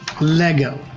Lego